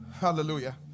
hallelujah